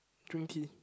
drink tea